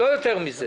לא יותר מזה.